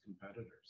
competitors